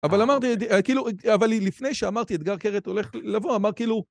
אבל אמרתי, כאילו, אבל לפני שאמרתי, אתגר קרת הולכת לבוא, אמר כאילו...